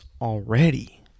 already